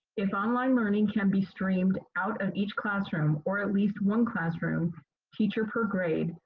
if online learning can be streamed out of each classroom or at least one classroom teacher per grade,